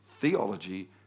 theology